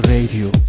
Radio